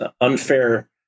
unfair